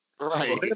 Right